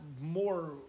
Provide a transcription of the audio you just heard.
more